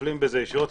מטפלים בזה ישירות.